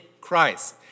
christ